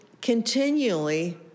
continually